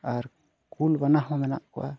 ᱟᱨ ᱠᱩᱞ ᱵᱟᱱᱟ ᱦᱚᱸ ᱢᱮᱱᱟᱜ ᱠᱚᱣᱟ